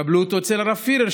תקבלו אותו אצל הרב פירר,